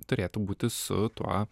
turėtų būti su tuo